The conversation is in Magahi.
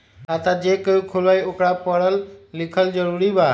खाता जे केहु खुलवाई ओकरा परल लिखल जरूरी वा?